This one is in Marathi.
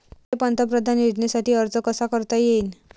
मले पंतप्रधान योजनेसाठी अर्ज कसा कसा करता येईन?